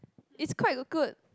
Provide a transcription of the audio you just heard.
it's quite good